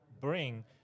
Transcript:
bring